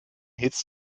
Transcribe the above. hits